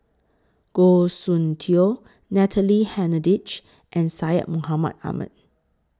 Goh Soon Tioe Natalie Hennedige and Syed Mohamed Ahmed